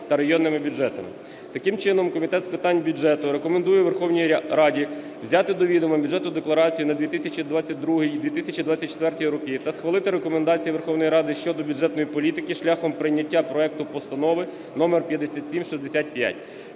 Таким чином, Комітет з питань бюджету рекомендує Верховній Раді взяти до відома Бюджетну декларацію на 2022-2024 роки та схвалити рекомендації Верховної Ради щодо бюджетної політики шляхом прийняття проекту Постанови № 5765.